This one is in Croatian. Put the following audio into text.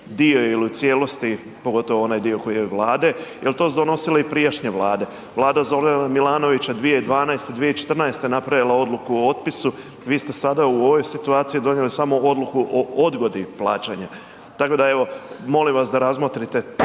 dio ili u cijelosti, pogotovo onaj dio Vlade jer to su donosile i prijašnje vlade. Vlada Zorana Milanovića 2012., 2014. napravila je odluku o otpisu, vi ste sada u ovoj situaciji donijeli samo odluku o odgodi plaćanja, tako da evo molim vas da razmotrite